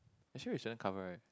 actually insurance covered right